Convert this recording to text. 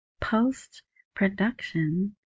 post-production